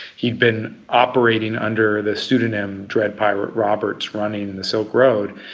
he had been operating under the pseudonym dread pirate roberts running and the silk road,